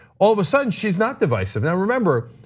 all the sudden she's not divisive. now remember,